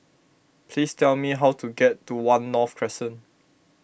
please tell me how to get to one North Crescent